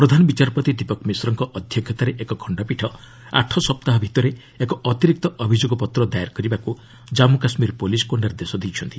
ପ୍ରଧାନ ବିଚାରପତି ଦୀପକ ମିଶ୍ରଙ୍କ ଅଧ୍ୟକ୍ଷତାରେ ଏକ ଖଣ୍ଡପୀଠ ଆଠ ସପ୍ତାହ ଭିତରେ ଏକ ଅତିରିକ୍ତ ଅଭିଯୋଗପତ୍ର ଦାଏର କରିବାକୁ କାମ୍ମୁ କାଶ୍କୀର ପୁଲିସ୍କୁ ନିର୍ଦ୍ଦେଶ ଦେଇଛନ୍ତି